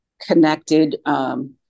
connected